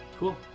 Cool